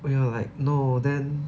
we were like no then